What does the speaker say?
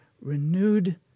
renewed